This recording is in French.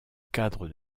cadre